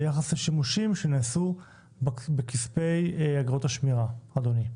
ביחס לשימושים שנעשו בכספי אגרות השמירה, אדוני?